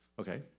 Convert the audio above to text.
Okay